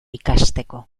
ikasteko